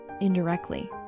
indirectly